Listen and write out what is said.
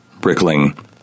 Brickling